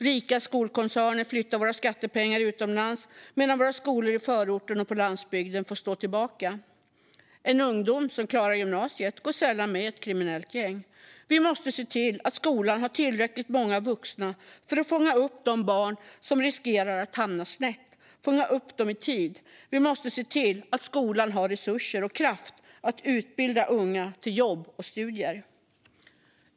Rika skolkoncerner flyttar våra skattepengar utomlands, medan våra skolor i förorten och på landsbygden får stå tillbaka. En ung människa som klarar gymnasiet går sällan med i ett kriminellt gäng. Vi måste se till att skolan har tillräckligt många vuxna för att fånga upp de barn som riskerar att hamna snett, och fånga upp dem i tid. Vi måste se till att skolan har resurser och kraft att utbilda unga till jobb och studier.